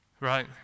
right